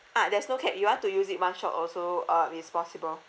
ah there's no cap you want to use it one shot also um is possible